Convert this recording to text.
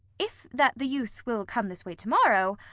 if that the youth will come this way to-morrow,